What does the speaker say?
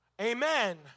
Amen